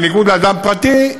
בניגוד לאדם פרטי,